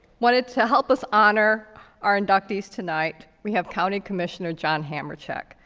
wanted to help us honor our inductees tonight, we have county commissioner john hamercheck.